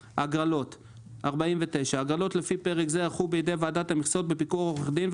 הגרלות 49. הגרלות לפי פרק זה יערכו בידי ועדת המכסות בפיקוח עורך דין,